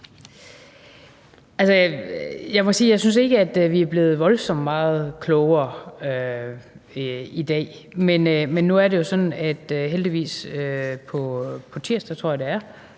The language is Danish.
jeg ikke synes, at vi er blevet voldsomt meget klogere i dag, men nu er det jo heldigvis sådan, at på tirsdag, tror jeg det er,